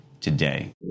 today